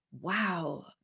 wow